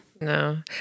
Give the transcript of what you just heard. No